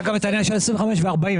היה גם את העניין של ה-25% ו-40%,